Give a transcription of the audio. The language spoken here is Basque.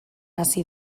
hasi